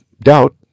doubt